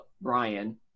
Brian